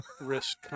risk